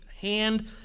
hand